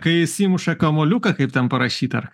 kai jis įmuša kamuoliuką kaip ten parašyta ar